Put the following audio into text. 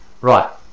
Right